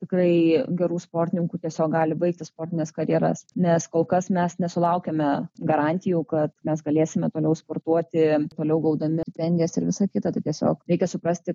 tikrai gerų sportininkų tiesiog gali baigti sportines karjeras nes kol kas mes nesulaukėme garantijų kad mes galėsime toliau sportuoti toliau gaudami stipendijas ir visą kitą tai tiesiog reikia suprasti